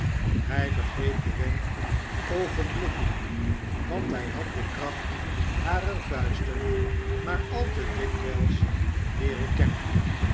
hij begreep den wenk oogenblikkelijk want hij had de kracht harer vuisten maar al te dikwijls leeren kennen